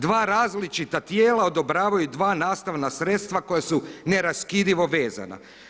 Dva različita tijela odobravaju dva nastavna sredstva koja su neraskidivo vezana.